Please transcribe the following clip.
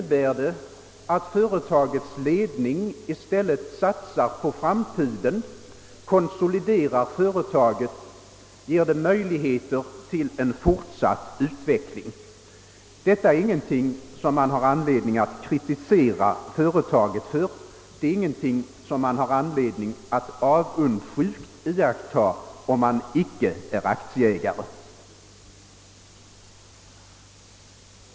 Företagets ledning satsar i stället på framtiden, konsoliderar företaget och skapar möjligheter för fortsatt utveckling. Och det är ingenting som ger anledning att kritisera företaget eller att betrakta med avundsjuka, om man inte är aktieägare.